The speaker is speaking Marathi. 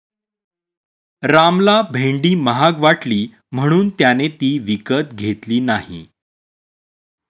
रामला भेंडी महाग वाटली म्हणून त्याने ती विकत घेतली नाही